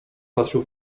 patrzył